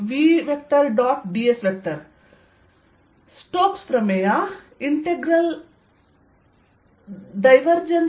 ds Stokestheorem v